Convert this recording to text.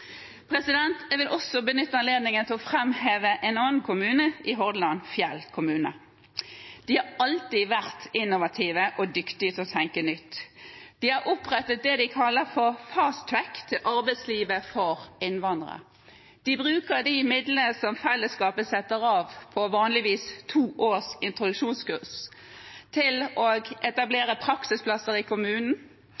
annen kommune i Hordaland, Fjell. De har alltid vært innovative og dyktige til å tenke nytt. De har opprettet det de kaller «fast track» til arbeidslivet for innvandrere. De bruker de midlene som fellesskapet vanligvis setter av til to års introduksjonskurs, til